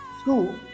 school